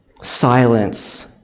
Silence